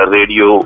Radio